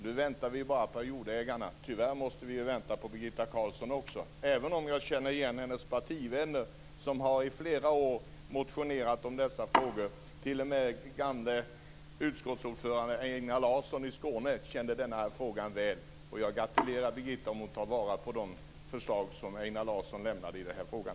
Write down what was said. Nu väntar vi bara på jordägarna. Tyvärr måste vi vänta på Birgitta Carlsson också. Bland hennes partivänner finns det många som i flera år har motionerat om dessa frågor. T.o.m. gamle utskottsordföranden Einar Larsson i Borrby kunde denna fråga väl. Jag gratulerar Birgitta Carlsson om hon tar till vara på de förslag som Einar Larsson lade fram i frågan.